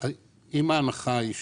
היו הדעות